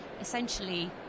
essentially